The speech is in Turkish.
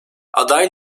aday